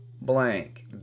blank